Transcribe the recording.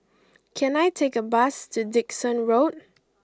can I take a bus to Dickson Road